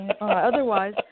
Otherwise